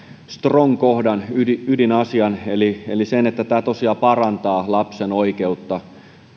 strong kohdan ydinasian eli eli sen että tämä tosiaan parantaa lapsen oikeutta